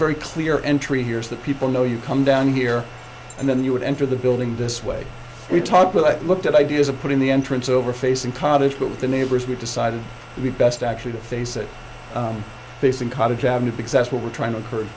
very clear entry here so that people know you come down here and then you would enter the building this way we talked with that looked at ideas of putting the entrance over facing cottage but with the neighbors we decided we best actually to face it facing cottage avenue because that's what we're trying to encourage